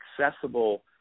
accessible